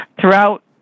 throughout